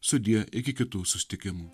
sudie iki kitų susitikimų